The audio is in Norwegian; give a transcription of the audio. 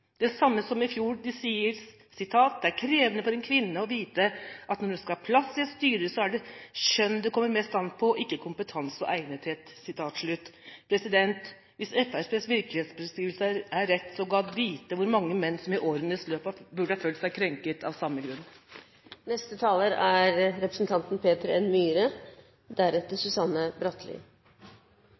samme som i fjor. De sier: «Det er krenkende for en kvinne å vite at når hun skal ha en plass i et styre, så er det kjønn det kommer mest an på, og ikke kompetanse og egnethet.» Hvis Fremskrittspartiets virkelighetsbeskrivelse er rett, så gadd vite hvor mange menn som i årenes løp burde ha følt seg krenket av samme grunn!